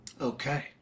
okay